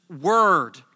word